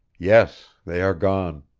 yes they are gone.